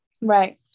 Right